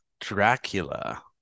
Dracula